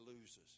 loses